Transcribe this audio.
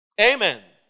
Amen